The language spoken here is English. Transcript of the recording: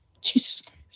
Jesus